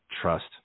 trust